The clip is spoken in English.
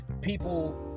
people